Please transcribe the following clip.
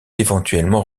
éventuellement